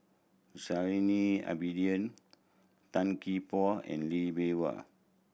Zainal Abidin Tan Gee Paw and Lee Bee Wah